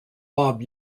bob